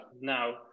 now